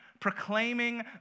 proclaiming